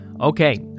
Okay